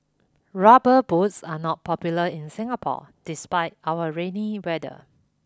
rubber boots are not popular in Singapore despite our rainy weather